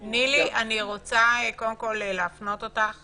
נילי, אני רוצה קודם כול להפנות אותך